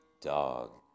Dog